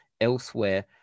elsewhere